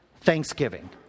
thanksgiving